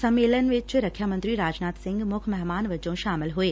ਸੰਮੇਲਨ ਵਿਚ ਰੱਖਿਆ ਮੰਤਰੀ ਰਾਜਨਾਬ ਸੰਘ ਮੁੱਖ ਮਹਿਮਾਨ ਵਜੋਂ ਸ਼ਾਮਲ ਹੋਏ